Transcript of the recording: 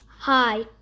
Hi